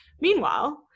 meanwhile